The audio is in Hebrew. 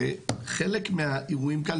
הרי חלק מהאירועים כאן,